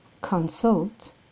consult